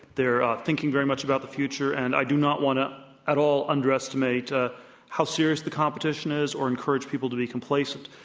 they're thinking very much about the future. and i do not want to at all underestimate ah how serious the competition is or to encourage people to be complacent.